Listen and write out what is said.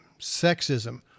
sexism